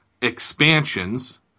expansions